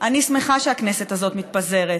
אני שמחה שהכנסת הזאת מתפזרת,